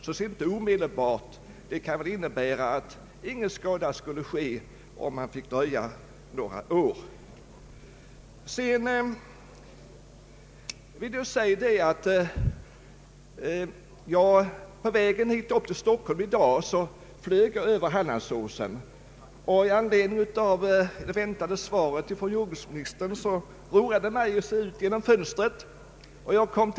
Det måste väl innebära att naturvårdsverket anser att ingen skada skulle ske om man fick dröja några år med att ta bort granplantorna. På väg hit till Stockholm flög jag över Hallandsåsen. Med tanke på det väntade svaret från jordbruksministern roade jag mig med att se ut genom fönstret på flygplanet.